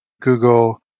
Google